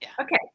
Okay